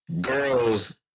girls